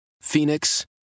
Phoenix